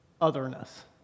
otherness